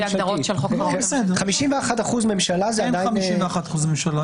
--- אין 51% ממשלה.